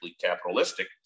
capitalistic